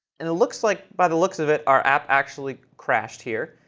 and it looks like by the looks of it our app actually crashed here.